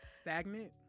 stagnant